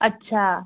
अच्छा